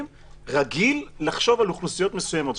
רבות רגיל לחשוב על אוכלוסיות מסוימות.